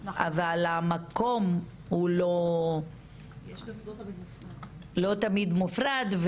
אבל המקום הוא לא תמיד מופרד,